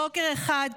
בוקר אחד,